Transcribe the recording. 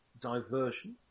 Diversion